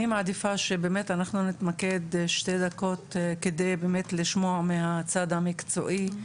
אני מעדיפה שבאמת אנחנו נתמקד שתי דקות כדי באמת לשמוע מהצד המקצועי,